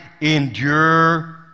endure